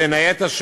בין היתר,